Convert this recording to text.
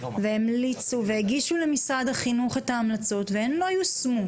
המליצה והגישה למשרד החינוך את ההמלצות אבל הן לא יושמו.